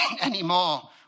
anymore